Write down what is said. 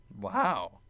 Wow